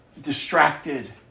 distracted